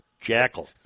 Jackal